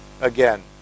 again